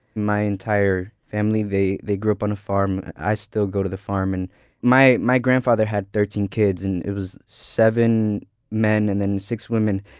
my entire family, they they grew up on a farm. i still go to the farm. and my my grandfather had thirteen kids and it was seven men and six women.